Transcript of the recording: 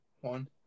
one